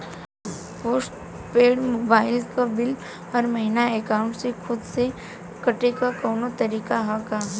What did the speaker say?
Post paid mobile क bill हर महिना एकाउंट से खुद से कटे क कौनो तरीका ह का?